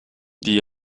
die